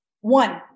one